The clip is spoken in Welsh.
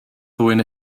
ddwyn